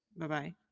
Bye-bye